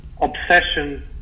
obsession